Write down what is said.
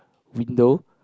window